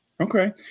Okay